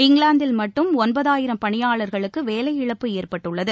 இங்கிலாந்தில் மட்டும் ஒன்பதாயிரம் பணியாளர்களுக்கு வேலை இழப்பு ஏற்பட்டுள்ளது